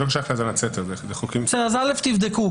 תבדקו.